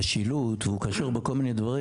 במשילות ובכל מיני דברים,